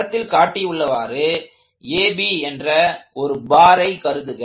படத்தில் காட்டியுள்ளவாறு AB என்ற ஒரு பாரை கருதுக